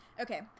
Okay